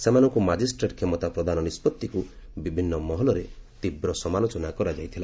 ସେମାନଙ୍କୁ ମାଜିଷ୍ଟ୍ରେଟ୍ କ୍ଷମତା ପ୍ରଦାନ ନିଷ୍ପଭିକୁ ବିଭିନ୍ନ ମହଲରେ ତୀବ୍ର ସମାଲୋଚନା କରାଯାଇଥିଲା